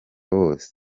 bose